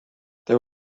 there